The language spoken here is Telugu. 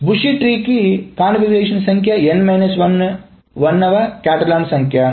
బుషి ట్రీ కి కాన్ఫిగరేషన్ సంఖ్య వ కాటలాన్ సంఖ్య